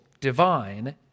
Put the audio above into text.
divine